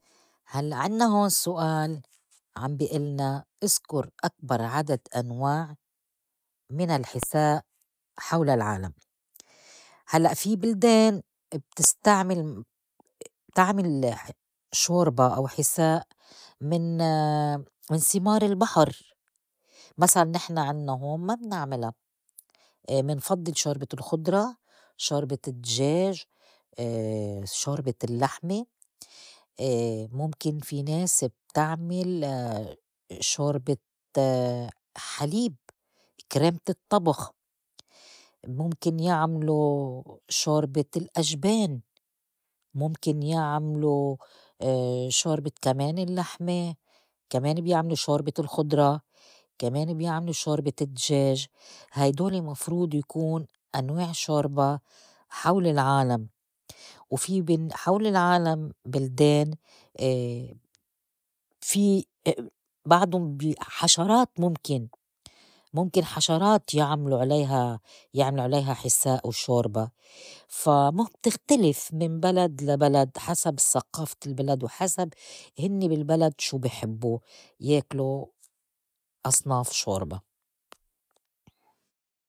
هلّأ عنّا هون سؤال عم بي إلنا إذكُر أكبر عدد أنواع من الحِساء حول العالم، هلّأ في بلدان بتستعمل بتعمل شوربة أو حِساء من من سِمار البحر مسلاً نحن عنّا هون ما منعملا منفضّل شوربة الخضرا، شوربة الدجاج، شوربة اللّحمة، مُمكن في ناس بتعمل شوربة حليب كريمة الطّبخ. مُمكن يعملوا شوربة الأجبان، مُمكن يعملو شوربة كمان اللّحمة، كمان بيعملو شوربة الخضرا، كمان بيعملوا شوربة الدجاج، هيدول مفروض يكون أنواع شوربة حول العالم وفي من حول العالم بلدان في بعدن حشرات مُمكن مُمكن حشرات يعملوا- عليها- يعملوا عليها حِساء وشوربة فا ما بتختلف من بلد لبلد حسب سقافة البلد وحسب هنّي بالبلد شو بي حبّو ياكلوا أصناف شوربة.